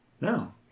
No